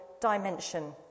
dimension